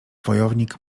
wojownik